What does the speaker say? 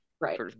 right